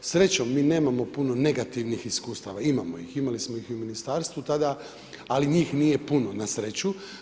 Srećom, mi nemamo puno negativnih iskustava, imamo ih, imali smo ih i u ministarstvu tada ali njih nije puno na sreću.